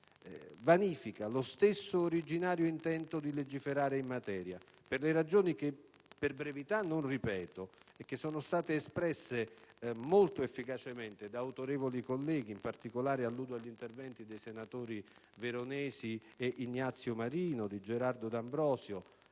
- vanifica lo stesso originario intento di legiferare in materia, per le ragioni, che per brevità non ripeto, espresse molto efficacemente da autorevoli colleghi. Alludo, in particolare, agli interventi dei senatori Veronesi, Ignazio Marino, Gerardo D'Ambrosio